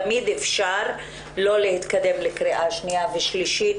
תמיד אפשר לא להתקדם לקריאה שניה ושלישית